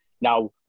Now